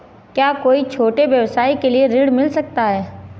क्या कोई छोटे व्यवसाय के लिए ऋण मिल सकता है?